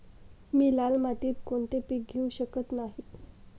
मी लाल मातीत कोणते पीक घेवू शकत नाही?